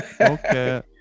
Okay